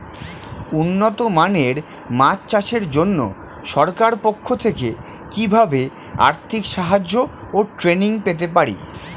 উন্নত মানের মাছ চাষের জন্য সরকার পক্ষ থেকে কিভাবে আর্থিক সাহায্য ও ট্রেনিং পেতে পারি?